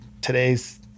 today's